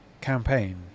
campaign